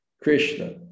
Krishna